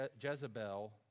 Jezebel